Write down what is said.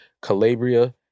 Calabria